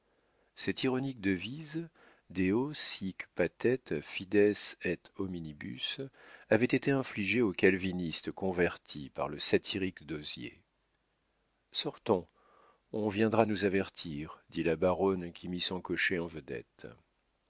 cette ironique devise deo sic patet fides et hominibus avait été infligée au calviniste converti par le satirique d'hozier sortons on viendra nous avertir dit la baronne qui mit son cocher en vedette